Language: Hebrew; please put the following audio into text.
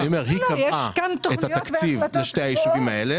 היא קבעה את התקציב לשני הישובים הללו